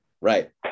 Right